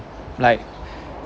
like